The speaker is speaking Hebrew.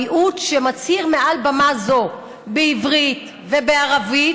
המיעוט שמצהיר מעל במה זו בעברית ובערבית